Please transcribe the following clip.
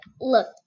look